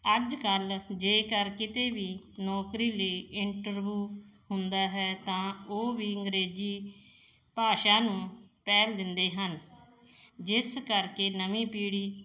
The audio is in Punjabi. ਅੱਜ ਕੱਲ੍ਹ ਜੇਕਰ ਕਿਤੇ ਵੀ ਨੌਕਰੀ ਲਈ ਇੰਟਰਵਊ ਹੁੰਦਾ ਹੈ ਤਾਂ ਉਹ ਵੀ ਅੰਗਰੇਜ਼ੀ ਭਾਸ਼ਾ ਨੂੰ ਪਹਿਲ ਦਿੰਦੇ ਹਨ ਜਿਸ ਕਰਕੇ ਨਵੀਂ ਪੀੜ੍ਹੀ